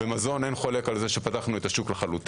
במזון אין חולק על זה שפתחנו את השוק לחלוטין.